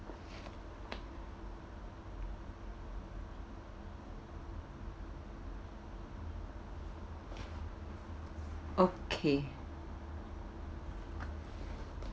okay